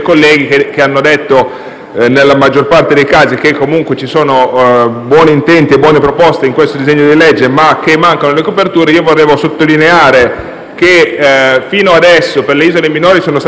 nella maggior parte dei casi che comunque ci sono buoni intenti e buone proposte in questo disegno di legge ma che mancano le coperture, è che fino adesso per le isole minori sono stati stanziati, come diceva anche